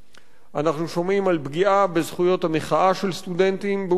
אנחנו שומעים על פגיעה בזכויות המחאה של סטודנטים באוניברסיטאות.